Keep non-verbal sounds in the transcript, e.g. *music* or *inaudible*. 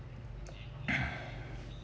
*breath*